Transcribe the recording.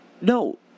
no